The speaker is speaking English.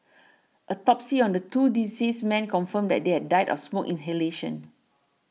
autopsies on the two deceased men confirmed that they had died of smoke inhalation